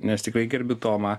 nes tikrai gerbiu tomą